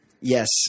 Yes